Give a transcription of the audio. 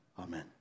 Amen